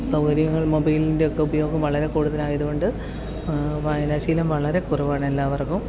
സൗകര്യങ്ങൾ മൊബൈൽൻ്റെയൊക്കെ ഉപയോഗം വളരെ കൂടുതൽ ആയതുകൊണ്ട് വായനാശീലം വളരെ കുറവാണ് എല്ലാവർക്കും